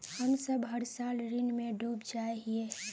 हम सब हर साल ऋण में डूब जाए हीये?